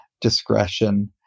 discretion